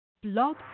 Blog